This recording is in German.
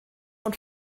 und